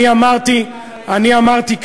אני אמרתי כאן,